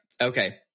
Okay